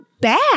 bad